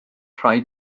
rhai